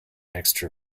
extra